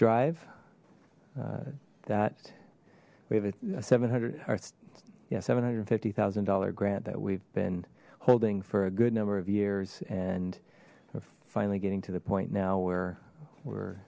drive that we have a seven hundred arts yeah seven hundred fifty thousand dollar grant that we've been holding for a good number of years and finally getting to the point now where we're